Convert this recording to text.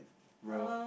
bro